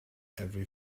every